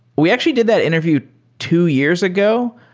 we actually did that interview two years ago.